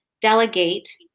delegate